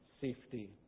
safety